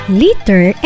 liter